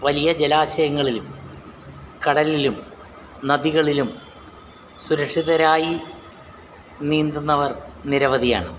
വലിയ ജലാശയങ്ങളിലും കടലിലും നദികളിലും സുരക്ഷിതരായി നീന്തുന്നവർ നിരവധിയാണ്